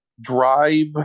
drive